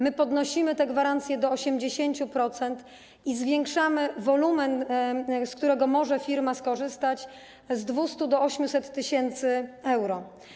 My podnosimy tę gwarancję do 80% i zwiększamy wolumen, z którego może firma skorzystać, z 200 do 800 tys. euro.